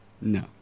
No